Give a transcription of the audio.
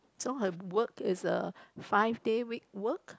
so her work is a five day week work